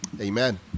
Amen